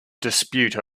dispute